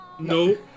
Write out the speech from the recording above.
No